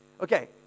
Okay